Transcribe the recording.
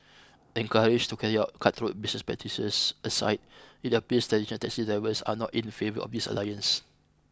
encouraged to carry out cutthroat business practices aside it appears traditional taxi drivers are not in favour of this alliance